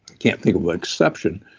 can't think of an exception.